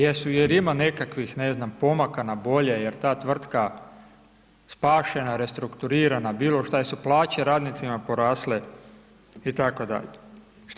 Jesu, jel ima nekakvih, ne znam, pomaka na bolje, jel ta tvrtka spašena, restrukturirana, bilo šta, jesu plaće radnicima porasle, i tako dalje.